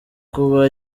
kuba